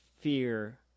fear